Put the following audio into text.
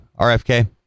RFK